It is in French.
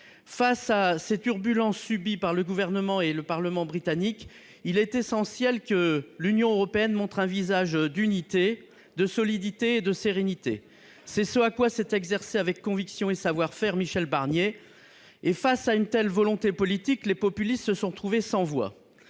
Face à ces turbulences subies par le gouvernement et le parlement britanniques, il est essentiel que l'Union européenne montre un visage d'unité, de solidité et de sérénité. C'est ce à quoi s'est exercé avec conviction et savoir-faire Michel Barnier. Les populistes se sont trouvés sans voix